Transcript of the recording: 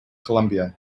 columbia